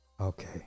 okay